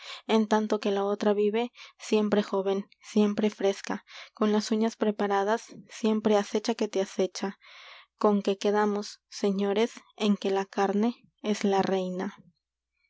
en tanto chochea que la otra vive siempre joven siempre fresca con las uñas preparadas que te siempre acecha acecha conque quedamos señores en que la carne es la reina